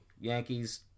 Yankees